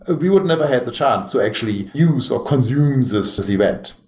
ah we would never have the chance to actually use or consume this this event.